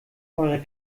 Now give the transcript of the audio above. eurer